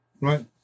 right